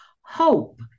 hope